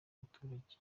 abaturage